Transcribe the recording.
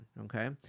okay